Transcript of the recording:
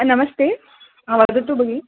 नमस्ते वदतु भगिनी